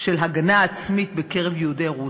של הגנה עצמית בקרב יהודי רוסיה.